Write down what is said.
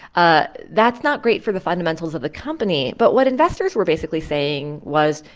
ah that's not great for the fundamentals of the company. but what investors were basically saying was,